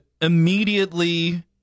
immediately